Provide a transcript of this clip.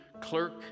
clerk